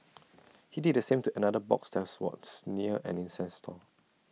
he did the same to another box that was near an incense stall